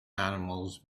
animals